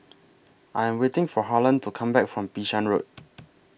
I Am waiting For Harlan to Come Back from Bishan Road